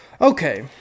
Okay